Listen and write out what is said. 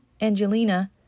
Angelina